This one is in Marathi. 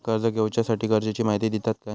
कर्ज घेऊच्याखाती गरजेची माहिती दितात काय?